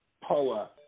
power